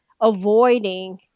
avoiding